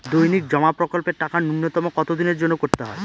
দৈনিক জমা প্রকল্পের টাকা নূন্যতম কত দিনের জন্য করতে হয়?